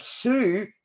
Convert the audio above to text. two